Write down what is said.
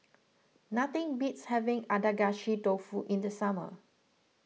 nothing beats having Adagashi Dofu in the summer